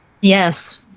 yes